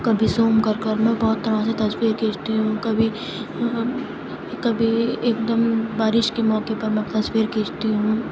کبھی زوم کر کر میں بہت طرح سے تصویر کھینچتی ہوں کبھی کبھی ایک دم بارش کے موقع پر میں تصویر کھینچتی ہوں